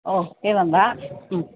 ओ एवं वा